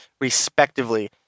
respectively